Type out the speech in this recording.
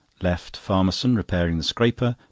left farmerson repairing the scraper,